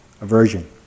aversion